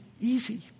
easy